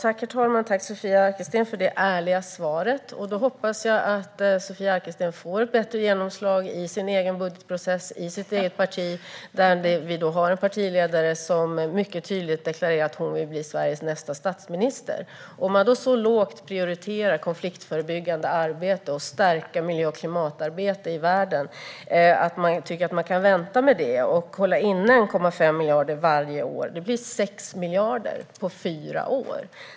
Herr talman! Jag tackar Sofia Arkelsten för det ärliga svaret. Jag hoppas att Sofia Arkelsten får ett bättre genomslag i sitt eget partis budgetprocess. Moderaterna har en partiledare som mycket tydligt deklarerar att hon vill bli Sveriges nästa statsminister. Man ger så låg prioritet åt konfliktförebyggande arbete och insatser för att stärka miljö och klimatarbete i världen att man tycker att detta kan vänta, och man håller därför inne 1,5 miljarder varje år - det blir 6 miljarder på fyra år.